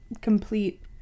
complete